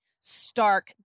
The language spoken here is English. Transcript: stark